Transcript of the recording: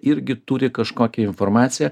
irgi turi kažkokią informaciją